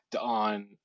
on